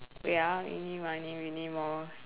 wait ah eeny meeny miny moe